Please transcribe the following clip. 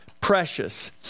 Precious